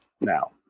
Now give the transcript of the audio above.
now